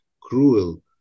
cruel